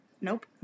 Nope